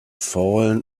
fallen